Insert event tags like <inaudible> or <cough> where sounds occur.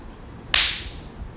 <noise>